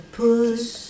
push